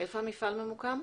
איפה ממוקם המפעל?